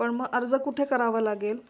पण मग अर्ज कुठे करावं लागेल